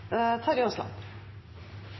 Terje Aasland